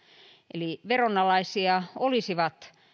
eli veronalaisia olisivat